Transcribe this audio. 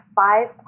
five